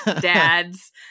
Dads